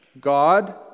God